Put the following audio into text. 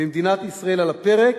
במדינת ישראל על הפרק,